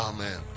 Amen